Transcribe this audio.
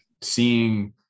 seeing